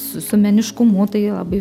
su su meniškumu tai labai